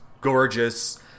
gorgeous